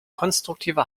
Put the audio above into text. konstruktive